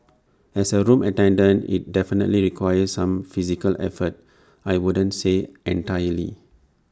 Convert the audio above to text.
as A room attendant IT definitely requires some physical effort I wouldn't say entirely